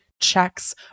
checks